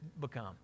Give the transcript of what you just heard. become